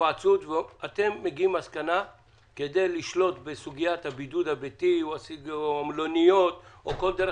האם כדי לשלוט בסוגית הבידוד, במלוניות וכו',